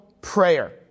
prayer